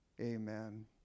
Amen